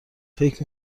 فکر